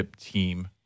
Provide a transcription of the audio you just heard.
team